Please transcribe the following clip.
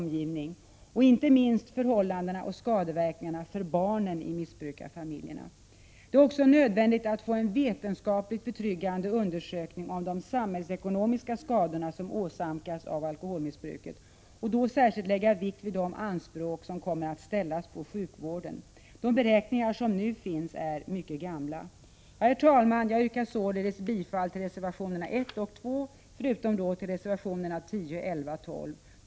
1986/87:131 omgivning och inte minst om förhållandena och skadeverkningarna för 26 maj 1987 barnen i missbrukarfamiljerna. Det är också nödvändigt att få en vetenskapligt betryggande undersökning om de samhällsekonomiska skador som åsamkas av alkoholmissbruket och att särskild vikt då läggs vid de anspråk som kommer att ställas på sjukvården. De beräkningar som nu finns är mycket gamla. Herr talman! Jag yrkar således bifall till reservationerna 1 och 2, förutom till reservationerna 10, 11 och 12.